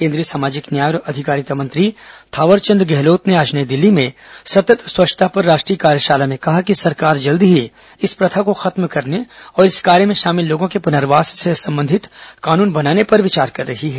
केंद्रीय सामाजिक न्याय और अधिकारिता मंत्री थावरचंद गहलोत ने आज नई दिल्ली में सतत् स्वच्छता पर राष्ट्रीय कार्यशाला में कहा कि सरकार जल्द ही इस प्रथा को खत्म करने और इस कार्य में शामिल लोगों के पुनर्वास से संबंधित कानून बनाने पर विचार कर रही है